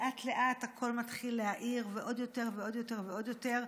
לאט-לאט הכול מתחיל להאיר, ועוד יותר, ועוד יותר,